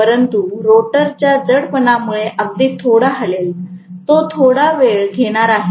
परंतु रोटर च्या जडपणामुळे अगदी थोडा हलेल तो थोडा वेळ घेणार आहे